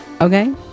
Okay